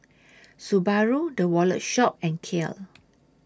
Subaru The Wallet Shop and Kiehl's